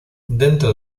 dentro